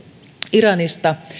iranista